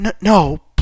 No